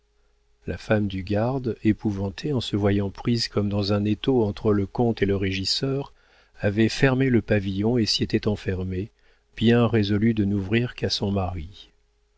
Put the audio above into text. la femme du garde épouvantée en se voyant prise comme dans un étau entre le comte et le régisseur avait fermé le pavillon et s'y était enfermée bien résolue de n'ouvrir qu'à son mari